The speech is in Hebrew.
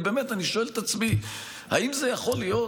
באמת, אני שואל את עצמי: האם זה יכול להיות?